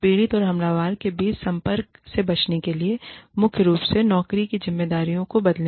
पीड़ित और हमलावर के बीच संपर्क से बचने के लिए मुख्य रूप से नौकरी की जिम्मेदारियों को बदले